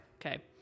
okay